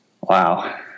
Wow